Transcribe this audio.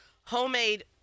homemade